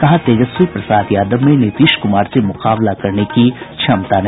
कहा तेजस्वी प्रसाद यादव में नीतीश कुमार से मुकाबला करने की क्षमता नहीं